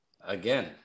again